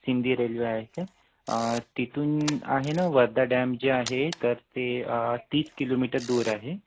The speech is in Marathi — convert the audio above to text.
सिंदी रेल्वे आहे का तिथून आहे ना वर्धा डॅम जे आहे तर ते तीस किलोमीटर दूर आहे